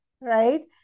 right